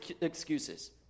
excuses